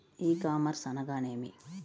ఈ కామర్స్ అనగానేమి?